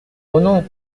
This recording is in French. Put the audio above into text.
non